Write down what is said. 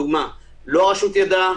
לא הרשות ידעה,